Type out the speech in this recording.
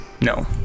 No